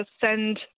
send